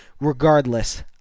regardless